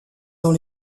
dans